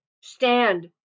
stand